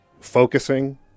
focusing